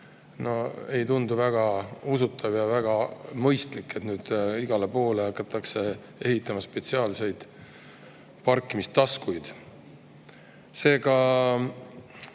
Ei tundu väga usutav ja väga mõistlik, et igale poole hakatakse nüüd ehitama spetsiaalseid parkimistaskuid.